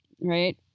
Right